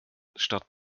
statt